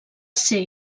ser